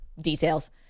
Details